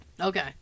Okay